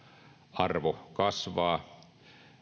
arvo kasvaa